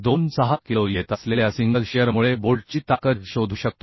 26 kilo येत असलेल्या single शीअरमुळे बोल्टची ताकद शोधू शकतो